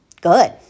good